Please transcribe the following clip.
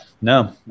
no